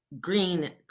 Green